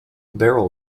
barrel